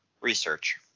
research